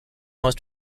most